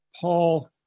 Paul